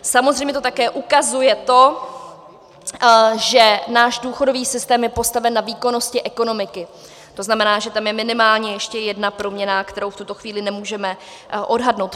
Samozřejmě to také ukazuje to, že náš důchodový systém je postaven na výkonnosti ekonomiky, to znamená, že tam je minimálně ještě jedna proměnná, kterou v tuto chvíli nemůžeme odhadnout.